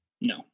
No